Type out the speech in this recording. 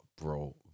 bro